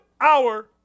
hour